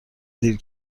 دیر